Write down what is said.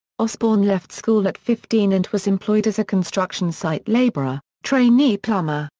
osbourne left school at fifteen and was employed as a construction site labourer, trainee plumber,